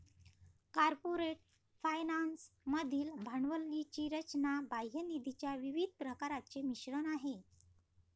corporate finance मधील भांडवली रचना बाह्य निधीच्या विविध प्रकारांचे मिश्रण आहे